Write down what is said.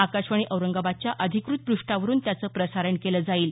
आकाशवाणी औरंगाबादच्या अधिकृत प्रष्ठावरून त्याचं प्रसारण केलं जाईल